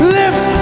lives